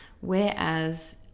whereas